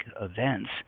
events